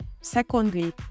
Secondly